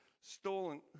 stolen